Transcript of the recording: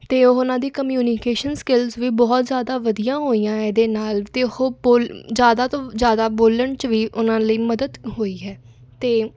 ਅਤੇ ਉਹਨਾਂ ਦੀ ਕਮਿਊਨੀਕੇਸ਼ਨ ਸਕਿੱਲਸ ਵੀ ਬਹੁਤ ਜ਼ਿਆਦਾ ਵਧੀਆ ਹੋਈਆਂ ਇਹਦੇ ਨਾਲ ਅਤੇ ਉਹ ਬੋ ਜ਼ਿਆਦਾ ਤੋਂ ਜ਼ਿਆਦਾ ਬੋਲਣ 'ਚ ਵੀ ਉਹਨਾਂ ਲਈ ਮਦਦ ਹੋਈ ਹੈ ਅਤੇ